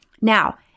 Now